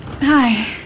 Hi